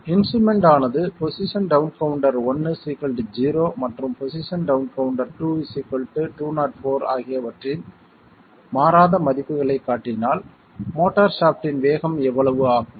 instrument ஆனது position down counter 1 0 மற்றும் position down counter 2 204 ஆகியவற்றின் மாறாத மதிப்புகளைக் காட்டினால் மோட்டார் ஷாஃப்ட்டின் வேகம் எவ்வளவு ஆகும்